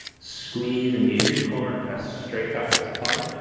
squeeze engage your core and press straight back up to plank.